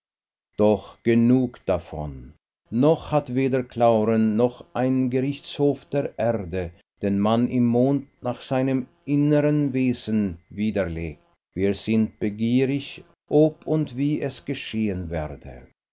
doch genug davon noch hat weder clauren noch ein gerichtshof der erde den mann im mond nach seinem innern wesen widerlegt wir sind begierig ob und wie es geschehen werde